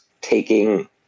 taking